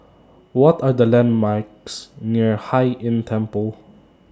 What Are The landmarks near Hai Inn Temple